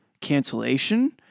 cancellation